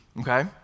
okay